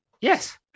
Yes